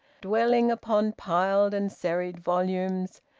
dwelling upon piled and serried volumes,